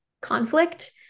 conflict